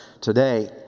today